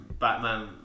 Batman